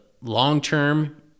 long-term